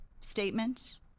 statement